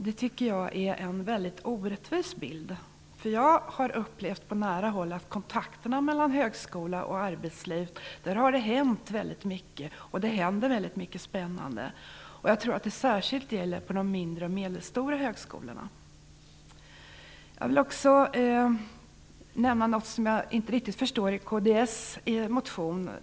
Det tycker jag är en väldigt orättvis bild. Jag har upplevt på nära håll att det hänt väldigt mycket i kontakterna mellan högskola och arbetsliv, och det händer väldigt mycket spännande. Jag tror att det särskilt gäller de mindre och medelstora högskolorna. Jag vill nämna något som jag inte riktigt förstår i kds-motionen.